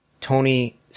Tony